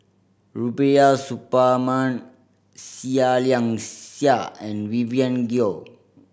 Rubiah Suparman Seah Liang Seah and Vivien Goh